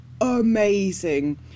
amazing